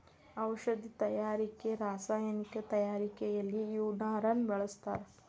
ಔಷದಿ ತಯಾರಿಕೆ ರಸಾಯನಿಕ ತಯಾರಿಕೆಯಲ್ಲಿಯು ನಾರನ್ನ ಬಳಸ್ತಾರ